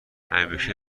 همیشه